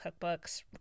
cookbooks